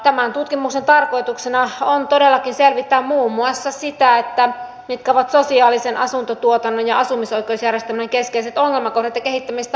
tämän tutkimuksen tarkoituksena on todellakin selvittää muun muassa sitä mitkä ovat sosiaalisen asuntotuotannon ja asumisoikeusjärjestelmän keskeiset ongelmakohdat ja kehittämistarpeet